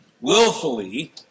willfully